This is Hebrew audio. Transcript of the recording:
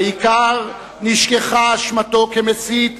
והעיקר, נשכחה אשמתו כמסית,